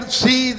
see